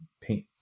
Paint